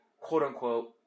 quote-unquote